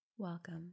Welcome